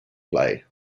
play